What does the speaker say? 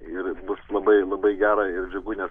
ir bus labai labai gera ir džiugu nes